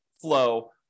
flow